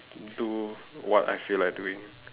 do what I feel like doing